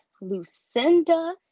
Lucinda